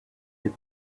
the